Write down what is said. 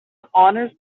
honors